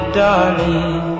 darling